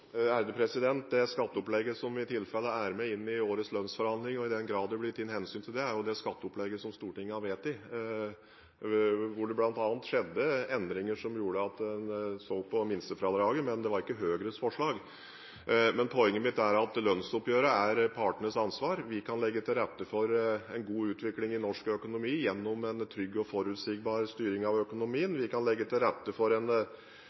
Det skatteopplegget som i tilfelle er med inn i årets lønnsforhandlinger – og i den grad det blir tatt hensyn til det – er jo det skatteopplegget som Stortinget har vedtatt. Det skjedde bl.a. endringer som gjorde at man så på minstefradraget. Men det var ikke Høyres forslag. Poenget mitt er at lønnsoppgjøret er partenes ansvar. Vi kan legge til rette for en god utvikling i norsk økonomi gjennom trygg og forutsigbar styring av økonomien. Vi kan legge til rette for en